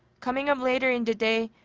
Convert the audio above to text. coming up later in the day,